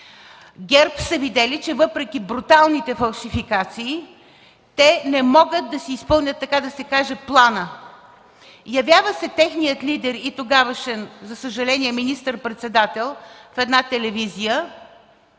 ГЕРБ са видели, че въпреки бруталните фалшификации не могат да си изпълнят, така да се каже, плана. Явява се техният лидер и тогавашен, за съжаление, министър-председател в една телевизия